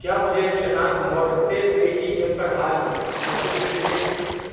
क्या मुझे शशांक मौर्य से पेटीएम पर हाल में छः सौ रुपये मिले हैं